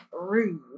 rude